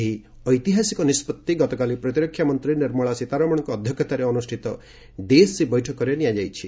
ଏହି ଐତିହାସିକ ନିଷ୍ପଭି ଗତକାଲି ପ୍ରତିରକ୍ଷାମନ୍ତ୍ରୀ ନିର୍ମଳା ସୀତାରମଣଙ୍କ ଅଧ୍ୟକ୍ଷତାରେ ଅନୁଷ୍ଠିତ ଡିଏସି ବୈଠକରେ ନିଆଯାଇଛି